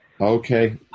Okay